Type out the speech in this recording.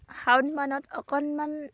শাওনমানত অকণমান